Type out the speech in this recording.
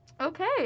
okay